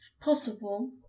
possible